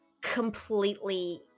completely